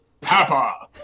Papa